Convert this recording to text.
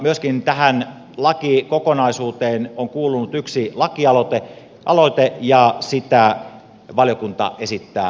myöskin tähän lakikokonaisuuteen on kuulunut yksi lakialoite ja sitä valiokunta esittää hylättäväksi